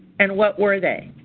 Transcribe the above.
and what were they?